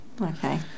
Okay